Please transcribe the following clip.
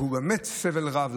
שהוא באמת סבל רב,